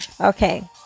Okay